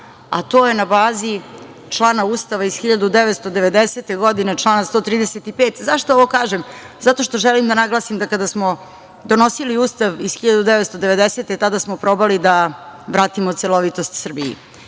a to je na bazi člana Ustava iz 1990. godine, člana 135. Zašto ovo kažem? Zato što želim da naglasim da kada smo donosili Ustav iz 1990. godine, tada smo probali da vratimo celovitost Srbiji